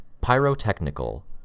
Pyrotechnical